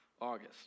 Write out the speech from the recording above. August